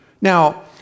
Now